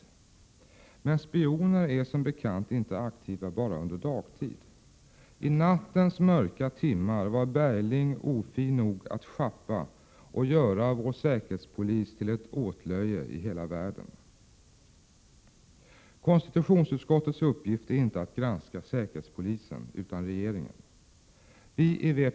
Men spioner är som bekant inte aktiva bara under dagtid. I nattens mörka timmar var Bergling ofin nog att schappa och göra vår säkerhetspolis till ett åtlöje i hela världen. Konstitutionsutskottets uppgift är inte att granska säkerhetspolisen, utan Prot. 1987/88:132 regeringen.